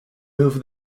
move